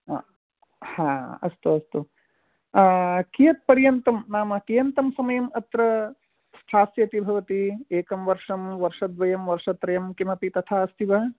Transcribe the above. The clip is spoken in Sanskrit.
हा अस्तु अस्तु कियत् पर्यन्तं नाम कियन्तं समयम् अत्र स्थास्यति भवती एकं वर्षं वर्षद्वयं वर्षत्रयं किमपि तथा अस्ति वा